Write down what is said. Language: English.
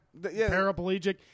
paraplegic